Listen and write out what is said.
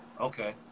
Okay